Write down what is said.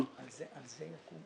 כאשר אם הדירקטוריון שלנו,